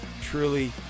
truly